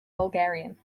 bulgarian